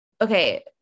okay